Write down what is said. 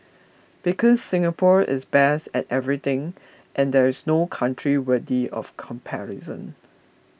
because Singapore is best at everything and there is no country worthy of comparison